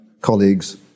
colleagues